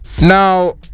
Now